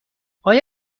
آیا